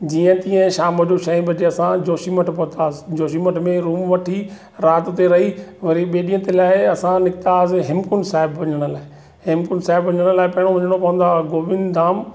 जीअं तीअं शाम जो छह बजे असां जोशी मठ पहुतासीं जोशी मठ में रूम वठी राति ते रही वरी ॿिए ॾींहं ते रहे असां निकितासीं हेमकुंट साहिब वञण लाइ हेमकुंट साहिब वञण लाइ पहिरों वञणो पवंदो आहे गोविंद धाम